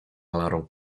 alarm